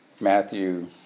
Matthew